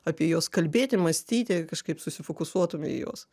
apie juos kalbėti mąstyti kažkaip susifokusuotume į juos